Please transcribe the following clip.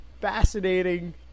fascinating